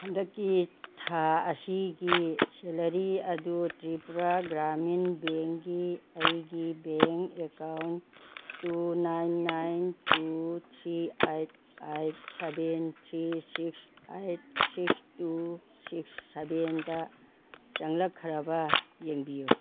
ꯍꯟꯗꯛꯀꯤ ꯊꯥ ꯑꯁꯤꯒꯤ ꯁꯦꯂꯔꯤ ꯑꯗꯨ ꯇ꯭ꯔꯤꯄꯨꯔꯥ ꯒ꯭ꯔꯥꯃꯤꯟ ꯕꯦꯡꯒꯤ ꯑꯩꯒꯤ bank account two nine nine two three eight eight seven three six eight six two six ꯁꯕꯦꯟꯗ ꯆꯪꯂꯛꯈ꯭ꯔꯕꯔꯥ ꯌꯦꯡꯕꯤꯌꯨ